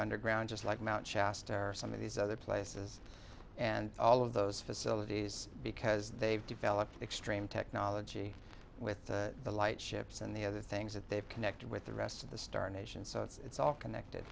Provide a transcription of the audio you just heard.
underground just like mt shasta or some of these other places and all of those facilities because they've developed extreme technology with the light ships and the other things that they've connected with the rest of the star nation so it's all connected